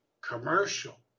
commercial